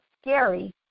scary